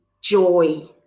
joy